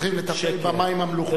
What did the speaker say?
צריכים לטפל במים המלוכלכים, לא בתינוק.